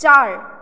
चार